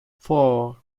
four